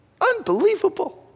Unbelievable